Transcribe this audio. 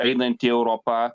einanti į europą